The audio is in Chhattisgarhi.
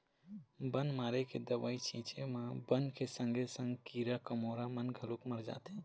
बन मारे के दवई छिंचे म बन के संगे संग कीरा कमोरा मन घलोक मर जाथें